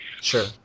Sure